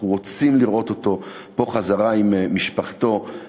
אנחנו רוצים לראות אותו פה חזרה עם משפחתו,